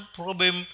problem